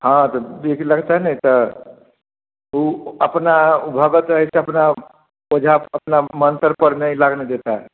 हाँ तो जो कि लगता है न सर तो वह अपना वह भगत है सो अपना ओझा अपना मंत्र पढ़ नहीं लगने देता है